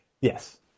yes